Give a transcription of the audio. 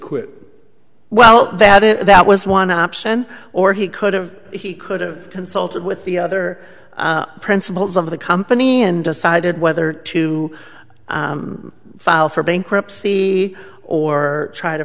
quit well that it that was one option or he could have he could have consulted with the other principals of the company and decided whether to file for bankruptcy or try to